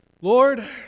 Lord